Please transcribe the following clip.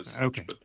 Okay